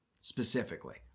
specifically